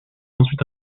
ensuite